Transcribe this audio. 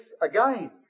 again